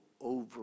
over